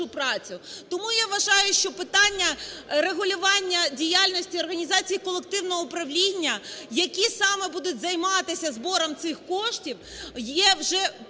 Тому я вважаю, що питання регулювання діяльності організацій колективного управління, які саме будуть займатися збором цих коштів, є вже перезрілим.